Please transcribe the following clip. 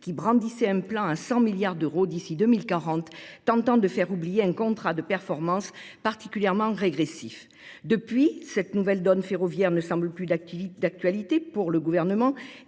qui brandissait un plan à 100 milliards d'euros d'ici 2040, tentant de faire oublier un contrat de performance particulièrement régressif. Depuis, cette nouvelle donne ferroviaire ne semble plus d'actualité pour le gouvernement,